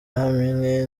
ahamwe